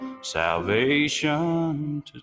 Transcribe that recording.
salvation